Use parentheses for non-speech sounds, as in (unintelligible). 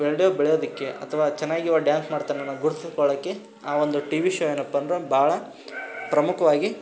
(unintelligible) ಬೆಳೆಯೋದಕ್ಕೆ ಅಥ್ವಾ ಚೆನ್ನಾಗಿವ ಡ್ಯಾನ್ಸ್ ಮಾಡ್ತಾನೆ ಅನ್ನೋದು ಗುರ್ತಿಸಿಕೊಳ್ಳೋಕೆ ಆ ಒಂದು ಟಿವಿ ಶೋ ಏನಪ್ಪ ಅಂದ್ರೆ ಒಂದು ಭಾಳ ಪ್ರಮುಖವಾಗಿ